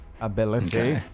ability